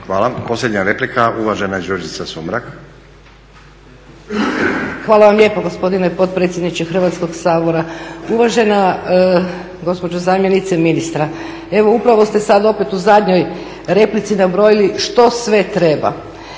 Hvala. Posljednja replika uvažena Đurđica Sumrak. **Sumrak, Đurđica (HDZ)** Hvala vam lijepo gospodine potpredsjedniče Hrvatskog sabora. Uvažena gospođo zamjenice ministra, evo upravo ste sada opet u zadnjoj replici nabrojali što sve treba.